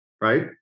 right